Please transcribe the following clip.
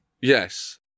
Yes